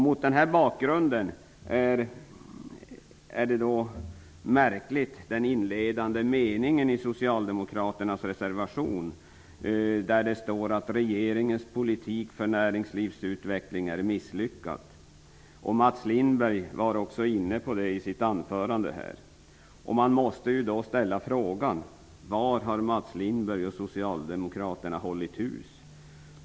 Mot denna bakgrund är den inledande meningen i Socialdemokraternas reservation märklig. Där står att regeringens politik för näringslivsutveckling är misslyckad. Mats Lindberg var också inne på det i sitt anförande här. Man måste då ställa frågan: Var har Mats Lindberg och Socialdemokraterna hållit hus?